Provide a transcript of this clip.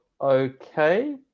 Okay